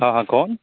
हँ हँ कौन